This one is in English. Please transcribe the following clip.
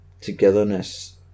togetherness